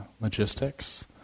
logistics